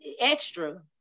extra